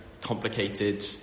complicated